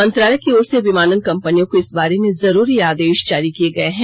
मंत्रालय की ओर से विमानन कंपनियों को इस बारे में जरूरी आदेश जारी किए गए हैं